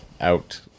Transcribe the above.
out